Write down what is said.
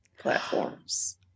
platforms